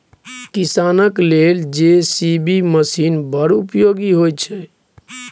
किसानक लेल JCB machine बड़ उपयोगी होइ छै